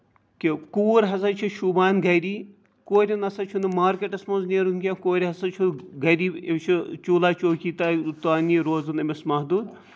کہِ کوٗر ہسا چھِ شوٗبان گری کورِ نہ سا چھنہٕ مارکیٹَس منٛز نییرُن کیٚنہہ کورِ ہسا چھُ گرِ أمِس چھُ چوٗلہ چوکی تانی روزُن أمِس مہدوٗد